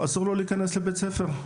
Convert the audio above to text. אסור לו להיכנס לבית ספר.